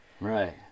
Right